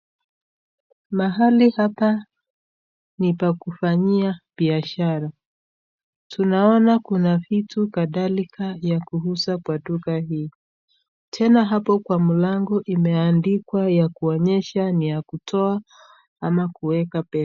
Mahali hapa ni pa kufanyia biashara. Tunaona kuna vitu kadhalika vya kuuza kwa duka hii tena hapo kwa mlango imeandikwa ya kuonyesha ni ya kutoa ama kuweka pesa.